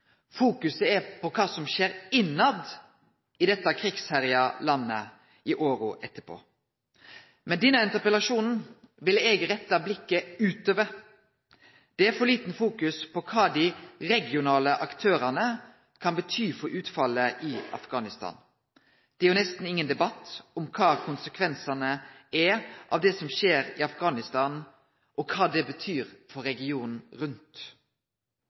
Fokuset er på kva som vil skje inne i dette krigsherja landet i åra etterpå. Med denne interpellasjonen vil eg rette blikket utover. Det er for lite fokus på kva dei regionale aktørane kan bety for utfallet i Afghanistan. Det er jo nesten ingen debatt om kva konsekvensane av det som skjer i Afghanistan, kan bety for regionane rundt. Det